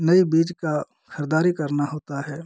नई बीज का खरीददारी करना होता है